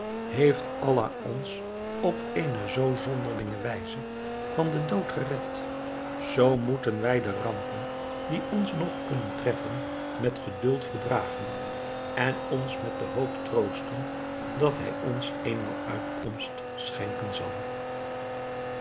heeft allah ons op eene zoo zonderlinge wijze van den dood gered zoo moeten wij de rampen die ons nog kunnen treffen met geduld verdragen en ons met de hoop troosten dat hij ons éénmaal uitkomst schenken zal